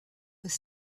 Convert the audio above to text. was